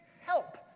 help